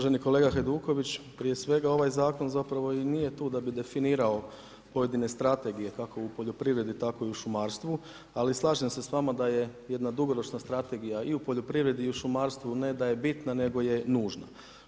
Uvaženi kolega Hajduković, prije svega ovaj zakon zapravo i nije tu da bi definirao pojedine strategije kako u poljoprivredi tako i u šumarstvu, ali slažem se s vama da je jedna dugoročna strategija i u poljoprivredi i u šumarstvu ne da je bitna, nego je nužna.